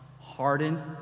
hardened